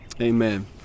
Amen